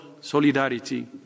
solidarity